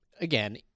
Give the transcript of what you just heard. again